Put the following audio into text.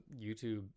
youtube